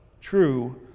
True